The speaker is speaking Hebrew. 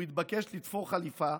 הוא התבקש לתפור חליפה,